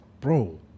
Bro